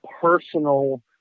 personal